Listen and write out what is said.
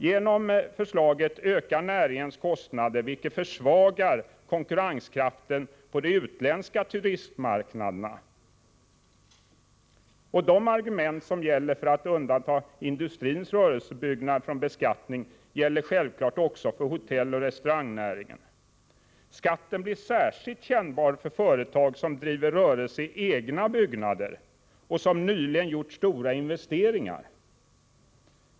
Genom förslaget ökar näringens kostnader, vilket försvagar konkurrenskraften på de utländska turistmarknaderna. De argument som gäller för att undanta industrins rörelsebyggnader från beskattning gäller självfallet också hotelloch restaurangnäringen. Skatten blir särskilt kännbar för företag som driver rörelse i egna byggnader och som nyligen har gjort stora investeringar.